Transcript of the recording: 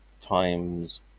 times